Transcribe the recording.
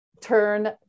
turn